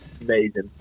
Amazing